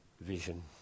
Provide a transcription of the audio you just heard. vision